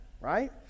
right